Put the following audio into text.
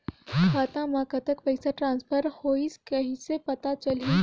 खाता म कतेक पइसा ट्रांसफर होईस कइसे पता चलही?